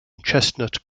chestnut